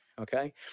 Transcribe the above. Okay